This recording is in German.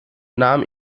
nahm